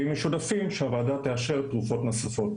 ואם יש עודפים - שהוועדה תאשר תרופות נוספות.